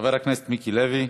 חבר הכנסת מיקי לוי.